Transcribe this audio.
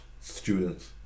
students